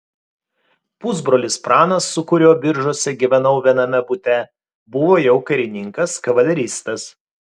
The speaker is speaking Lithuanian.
pusbrolis pranas su kuriuo biržuose gyvenau viename bute buvo jau karininkas kavaleristas